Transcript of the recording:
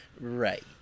Right